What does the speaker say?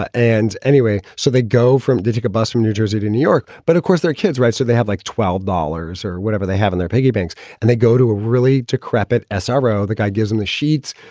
ah and anyway, so they go from did take a bus from new jersey to new york. but of course, they're kids, right? so they had like twelve dollars or whatever they have in their piggy banks. and they go to a really decrepit ah sro. the guy gives them the sheets.